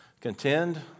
Contend